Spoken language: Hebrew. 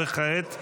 כעת?